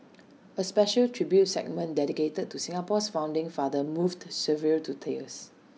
A special tribute segment dedicated to Singapore's founding father moved several to tears